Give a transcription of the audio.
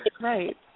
Right